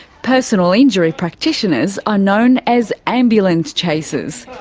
personal injury practitioners are known as ambulance chasers.